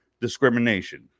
discrimination